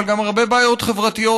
אבל גם הרבה בעיות חברתיות,